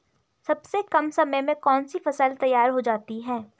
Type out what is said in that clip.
सबसे कम समय में कौन सी फसल तैयार हो जाती है?